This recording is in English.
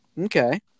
Okay